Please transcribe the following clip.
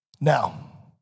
Now